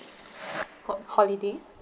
ho~ holiday